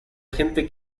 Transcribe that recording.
gente